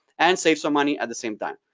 and save some money at the same time.